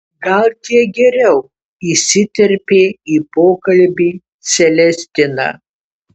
gal kiek geriau įsiterpė į pokalbį celestina